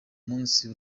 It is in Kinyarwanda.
munsi